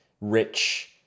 rich